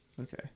Okay